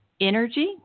energy